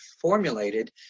formulated